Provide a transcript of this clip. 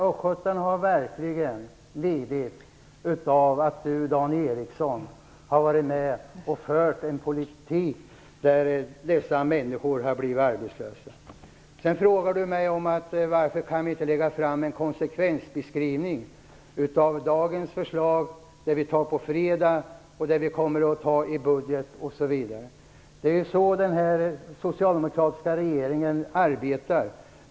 Östgötarna har verkligen lidit av att Dan Ericsson har varit med och fört en politik som gjort att de blivit arbetslösa. Dan Ericsson frågar mig varför vi inte kan lägga fram en konsekvensbeskrivning av dagens förslag, de förslag vi beslutar om på fredag, de förslag som kommer i budgeten osv. Det är så den socialdemokratiska regeringen arbetar.